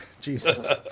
Jesus